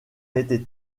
été